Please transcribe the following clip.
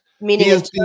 meaning